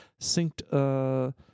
synced